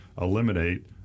eliminate